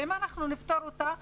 ואם אנחנו נפתור אותה,